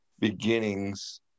beginnings